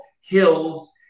hills